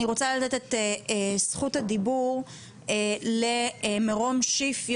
אני רוצה לתת את זכות הדיבור למרום שיף,